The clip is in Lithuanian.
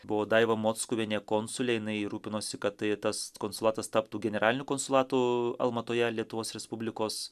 buvo daiva mockuvienė konsulė jinai rūpinosi kad tai tas konsulatas taptų generaliniu konsulatu almatoje lietuvos respublikos